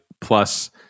plus